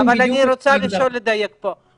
אני רוצה לדייק פה.